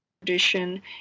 tradition